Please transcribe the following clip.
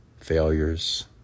failures